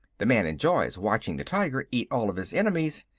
the man enjoys watching the tiger eat all of his enemies,